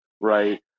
right